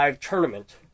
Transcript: tournament